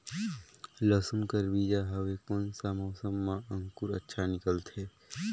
लसुन कर बीजा हवे कोन सा मौसम मां अंकुर अच्छा निकलथे?